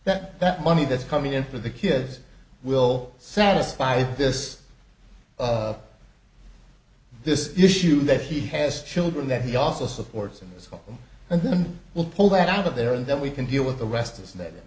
that that money that's coming in for the kids will satisfy this this issue that he has children that he also supports in his home and then we'll pull that out of there and then we can deal with the rest of that